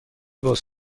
باز